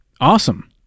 Awesome